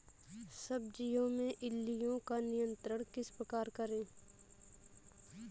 सब्जियों में इल्लियो का नियंत्रण किस प्रकार करें?